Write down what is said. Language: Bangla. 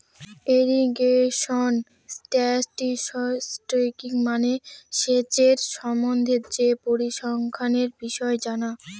ইরিগেশন স্ট্যাটিসটিক্স মানে সেচের সম্বন্ধে যে পরিসংখ্যানের বিষয় জানা